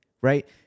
right